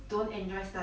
mm